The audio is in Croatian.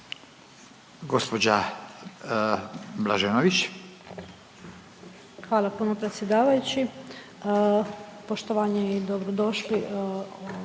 Danijela (HDZ)** Hvala puno predsjedavajući. Poštovanje i dobro došli